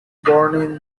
born